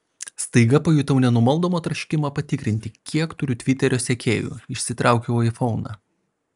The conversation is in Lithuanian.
staiga pajutau nenumaldomą troškimą patikrinti kiek turiu tviterio sekėjų išsitraukiau aifoną